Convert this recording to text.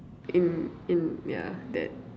in in yeah that